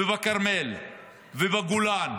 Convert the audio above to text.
בכרמל ובגולן,